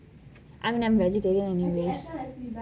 um num vegeterian